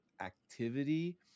activity